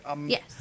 Yes